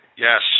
Yes